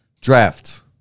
Draft